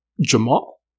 Jamal